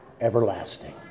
everlasting